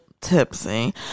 tipsy